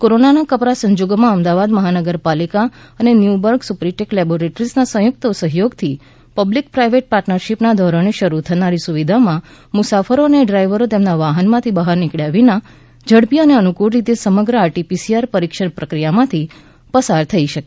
કોરોનાના કપરા સંજોગોમાં અમદાવાદ મહાનગર પાલિકા અને ન્યુબર્ગ સુપ્રટિક લેબોરેટરીઝના સંયુક્ત સહયોગથી પબ્લિક પ્રાઈવેટ પાર્ટનરશીપના ધોરણે શરૂ થનારી સુવિધામાં મુસાફરો અને ડ્રાઈવર તેમના વાહનોમાંથી બહાર નીકબ્યા વિના ઝડપી અને અનુકૂળ રીતે સમગ્ર આરટીપીસીઆર પરિક્ષણ પ્રકિયામાંથી પસાર થઈ શકે